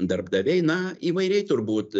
darbdaviai na įvairiai turbūt